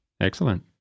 Excellent